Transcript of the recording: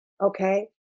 Okay